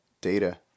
data